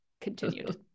Continued